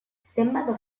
zenbat